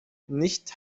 nicht